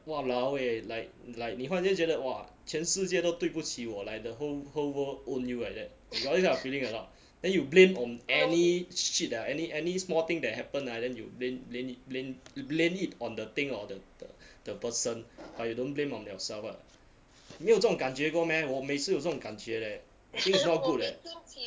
!walaoeh! like like 你忽然间觉得哇全世界都对不起我 like the whole whole world own you like that you got this kind of feeling or not then you blame on any shit ah any any small thing that happened ah then you blame blame it blame blame it on the thing or the the the person but you don't blame on yourself [one] 没有这种感觉过 meh 我每次有这种感觉 leh I think it's not good leh